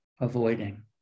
avoiding